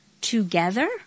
together